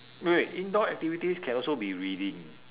wait wait indoor activities can also be reading